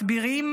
מסבירים